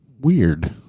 Weird